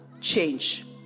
change